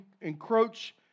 encroach